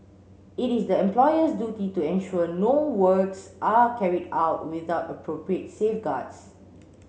it is the employer's duty to ensure no works are carried out without appropriate safeguards